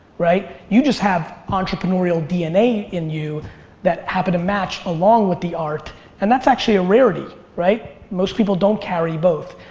right? you just have entrepreneurial dna in you that happened to match along with the art and that's actually a rarity, right? most people don't carry both.